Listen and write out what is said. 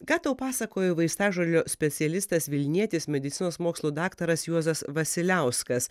ką tau pasakojo vaistažolių specialistas vilnietis medicinos mokslų daktaras juozas vasiliauskas